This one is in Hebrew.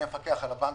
אני מפקח על הבנקים,